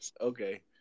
Okay